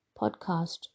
podcast